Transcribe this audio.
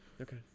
Okay